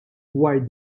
dwar